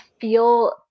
feel